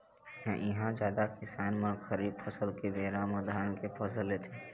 इहां जादा किसान मन खरीफ फसल के बेरा म धान के फसल लेथे